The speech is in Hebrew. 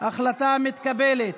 ההצעה מתקבלת.